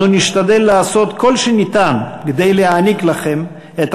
אנו נשתדל לעשות כל שניתן כדי להעניק לכם את